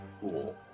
Cool